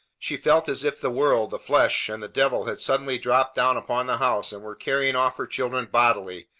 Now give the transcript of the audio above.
she felt as if the world, the flesh, and the devil had suddenly dropped down upon the house and were carrying off her children bodily,